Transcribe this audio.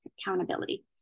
accountability